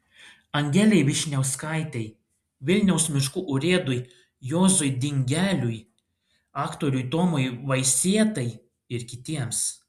angelei vyšniauskaitei vilniaus miškų urėdui juozui dingeliui aktoriui tomui vaisietai ir kitiems